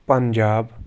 Punjab